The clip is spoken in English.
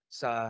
sa